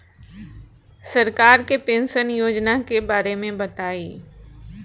सरकार के पेंशन योजना के बारे में बताईं?